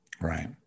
Right